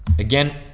again,